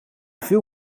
veel